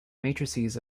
matrices